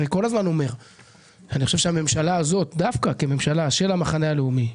חושב שהממשלה הזאת כממשלה של המחנה הלאומי,